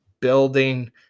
building